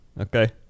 Okay